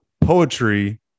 poetry